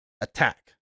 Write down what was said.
attack